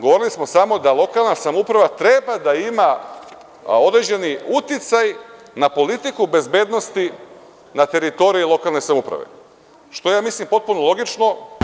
Govorili smo samo da lokalna samouprava treba da ima određeni uticaj na politiku bezbednosti na teritoriji lokalne samouprave, što je mislim potpuno logično.